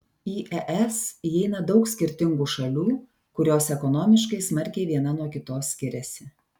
į es įeina daug skirtingų šalių kurios ekonomiškai smarkiai viena nuo kitos skiriasi